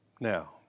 Now